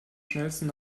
schnellsten